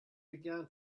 began